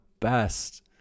best